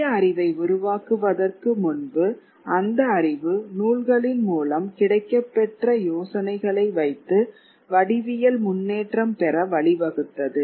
புதிய அறிவை உருவாக்குவதற்கு முன்பு அந்த அறிவு நூல்களின் மூலம் கிடைக்கப்பெற்ற யோசனைகளை வைத்து வடிவியல் முன்னேற்றம் பெற வழி வகுத்தது